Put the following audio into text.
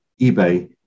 eBay